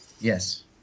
Yes